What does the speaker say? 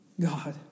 God